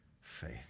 faith